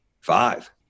Five